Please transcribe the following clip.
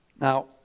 Now